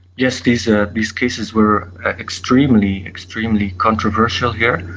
yes, these yeah these cases where extremely, extremely controversial here,